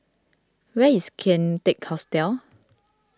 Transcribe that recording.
where is Kian Teck Hostel